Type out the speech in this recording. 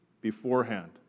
beforehand